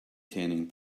tanning